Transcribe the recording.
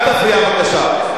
אל תפריע בבקשה.